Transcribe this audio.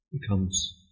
becomes